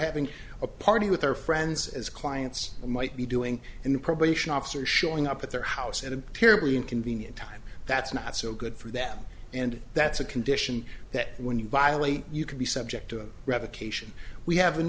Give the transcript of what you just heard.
having a party with her friends as clients might be doing in the probation officer showing up at their house and appear very inconvenient time that's not so good for them and that's a condition that when you violate you could be subject to a revocation we have an